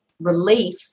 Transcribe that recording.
relief